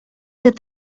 that